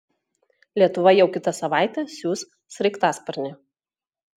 lietuva jau kitą savaitę siųs sraigtasparnį